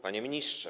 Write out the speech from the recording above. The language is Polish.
Panie Ministrze!